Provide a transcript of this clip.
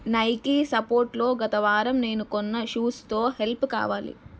Nike సప్పోర్ట్లో గత వారం నేను కొన్న షూస్తో హెల్ప్ కావాలి